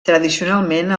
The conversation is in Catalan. tradicionalment